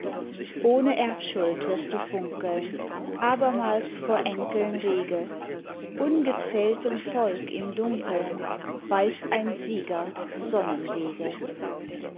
ohne erbschuld wirst du funkeln abermals vor enkeln rege ungezähltem volk im dunkeln weist ein sieger sonnenwege